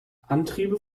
antriebe